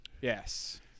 yes